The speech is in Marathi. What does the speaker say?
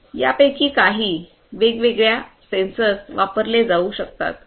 यापैकी काही वेगवेगळे सेन्सर वापरले जाऊ शकतात